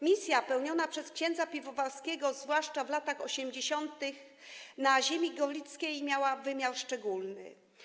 Misja pełniona przez ks. Piwowarskiego, zwłaszcza w latach 80., na ziemi gorlickiej miała wymiar szczególny.